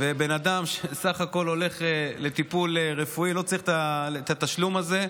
אדם שבסך הכול הולך לטיפול רפואי לא צריך את התשלום הזה.